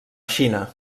xina